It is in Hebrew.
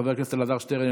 חבר הכנסת אלעזר שטרן,